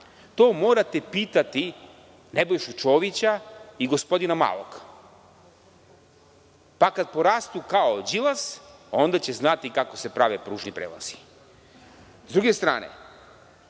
To morate pitati Nebojšu Čovića i gospodina malog, pa kada porastu kao Đilas onda će znati kako se prave pružni prelazi. Sa druge strane,